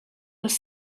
was